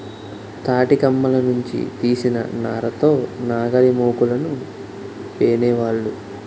తాటికమ్మల నుంచి తీసిన నార తో నాగలిమోకులను పేనేవాళ్ళు